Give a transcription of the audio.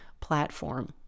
platform